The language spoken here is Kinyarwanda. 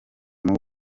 n’uwo